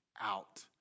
out